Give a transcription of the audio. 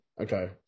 Okay